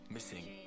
Missing